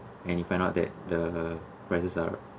and you find out that the prices are